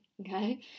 okay